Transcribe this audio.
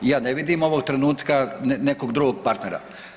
I ja ne vidim ovog trenutka nekog drugog partnera.